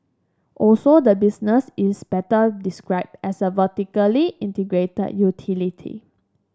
also the business is better described as a vertically integrated utility